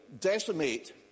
decimate